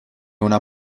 una